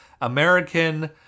American